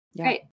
Great